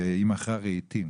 וְהָיָה בְךָ חֵטְא.